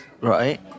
Right